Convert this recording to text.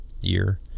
year